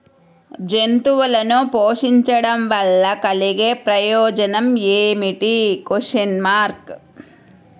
జంతువులను పోషించడం వల్ల కలిగే ప్రయోజనం ఏమిటీ?